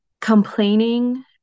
complaining